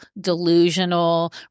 delusional